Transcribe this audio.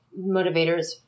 motivators